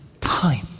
time